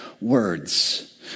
words